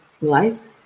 life